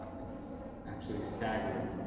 it's actually staggering.